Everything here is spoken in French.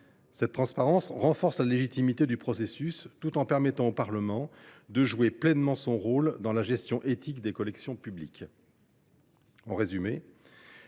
Cette transparence renforce la légitimité du processus, tout en permettant au Parlement de jouer pleinement son rôle dans la gestion éthique des collections publiques. En résumé,